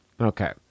Okay